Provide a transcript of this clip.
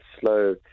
slow